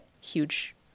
huge